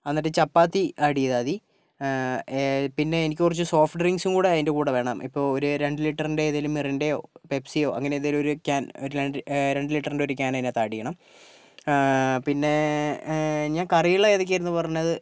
എന്നിട്ട് ചപ്പാത്തി ആഡ് ചെയ്താൽ മതി പിന്നെ എനിക്ക് കുറച്ചു സോഫ്റ്റ് ഡ്രിങ്ക്സ് കൂടി അതിൻ്റെ കൂടെ വേണം ഇപ്പം ഒരു രണ്ട് ലിറ്ററിൻ്റെ മിറിൻ്റെയോ പെപ്സിയോ അങ്ങനെ എന്തെങ്കിലും ഒരു ക്യാൻ ഒരു രണ്ട് രണ്ട് ലിറ്ററിൻ്റെ ക്യാൻ അതില് ആഡ് ചെയ്യണം പിന്നെ